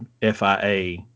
FIA